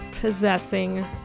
possessing